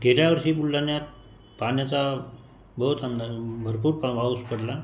गेल्या वर्षी बुलढाण्यात पाण्याचा बहोत अंदाधुंद भरपूर पाऊस पडला